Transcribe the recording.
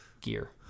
gear